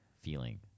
feeling